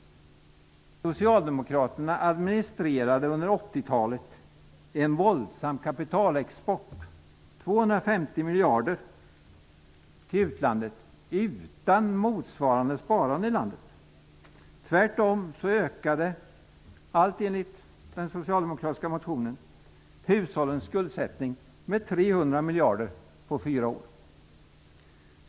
talet en våldsam kapitalexport -- 250 miljarder -- till utlandet, utan motsvarande sparande i landet. Tvärtom ökade -- allt enligt den socialdemokratiska motionen -- hushållens skuldsättning med 300 miljarder på fyra år.